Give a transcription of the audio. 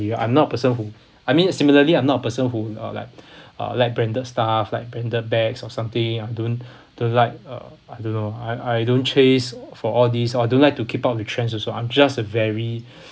earlier I'm not a person who I mean uh similarly I am not person who you know like uh like branded stuff like branded bags or something I don't don't like uh I don't know I I don't chase for all these I don't like to keep up with trends also I'm just a very